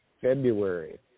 February